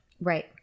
Right